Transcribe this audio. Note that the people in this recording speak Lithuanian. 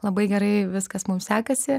labai gerai viskas mums sekasi